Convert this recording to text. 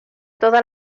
toda